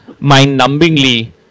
mind-numbingly